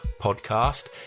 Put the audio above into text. podcast